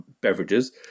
beverages